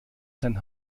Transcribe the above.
sein